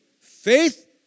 faith